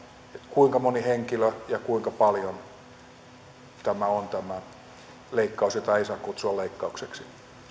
kuinka moni henkilö ja kuinka paljon on tämä leikkaus jota ei saa kutsua leikkaukseksi